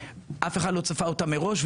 שאף אחד לא צפה אותם מראש,